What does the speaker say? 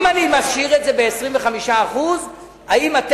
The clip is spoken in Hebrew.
אם אני משאיר את זה ב-25%,